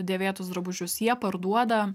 dėvėtus drabužius jie parduoda